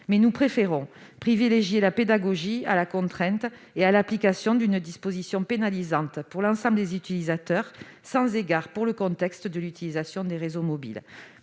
mais nous préférons privilégier la pédagogie à la contrainte et à l'application d'une disposition pénalisante pour l'ensemble des utilisateurs, sans égard pour le contexte de l'utilisation des réseaux mobiles.